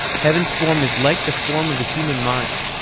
heaven's form is like the form of the human mind,